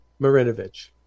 marinovich